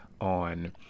on